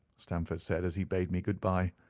stamford said, as he bade me good-bye.